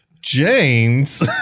James